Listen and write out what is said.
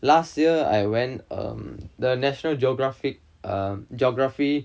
last year I went um the national geographic err geography